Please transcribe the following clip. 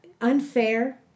unfair